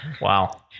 Wow